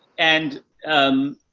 and um,